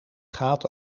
gaat